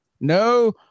No